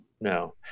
no